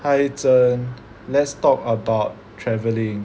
hi Zhen let's talk about traveling